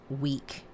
week